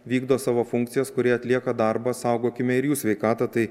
vykdo savo funkcijas kurie atlieka darbą saugokime ir jų sveikatą tai